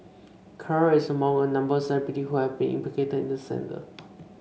kerr is among a number of celebrities who have been implicated in the scandal